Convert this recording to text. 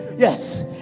Yes